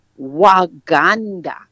Waganda